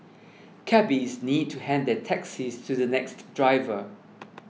cabbies need to hand their taxis to the next driver